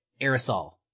aerosol